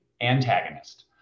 antagonist